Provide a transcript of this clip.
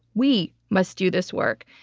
we must do this work.